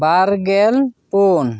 ᱵᱟᱨᱜᱮᱞ ᱯᱩᱱ